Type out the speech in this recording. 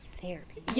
therapy